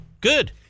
Good